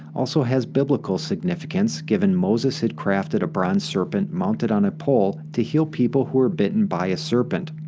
also has biblical significance given moses had crafted a bronze serpent mounted on a pole to heal people who were bitten by a serpent.